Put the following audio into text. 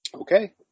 okay